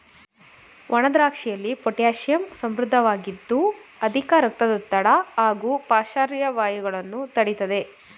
ಒಣದ್ರಾಕ್ಷಿಯಲ್ಲಿ potassium ಸಮೃದ್ಧವಾಗಿದ್ದು ಅಧಿಕ ರಕ್ತದೊತ್ತಡ ಹಾಗೂ ಪಾರ್ಶ್ವವಾಯುಗಳನ್ನು ತಡಿತದೆ